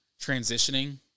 transitioning